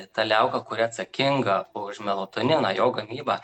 ta liauka kuri atsakinga už melatoniną jo gamybą